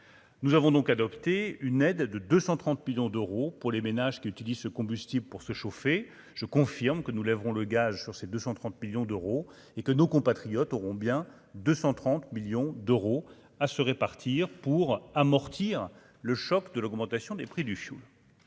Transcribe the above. Nous avons donc adopté une aide de 230 millions d'euros pour les ménages qui utilisent ce combustible pour se chauffer, je confirme que nous lèverons le gage sur ces 230 millions d'euros et que nos compatriotes auront bien 230 millions d'euros à se répartir pour amortir le choc de l'augmentation des prix du fioul.